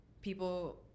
people